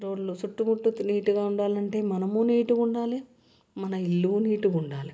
రోడ్లు చుట్టు ముట్టు నీట్గా ఉండాలంటే మనము నీట్గా ఉండాలి మన ఇల్లు నీట్గా ఉండాలి